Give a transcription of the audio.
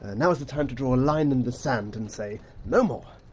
ah now is the time to draw a line in the sand and say no more!